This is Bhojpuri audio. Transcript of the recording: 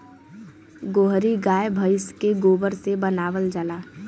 गोहरी गाय भइस के गोबर से बनावल जाला